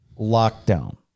lockdown